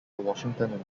washington